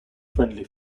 friendly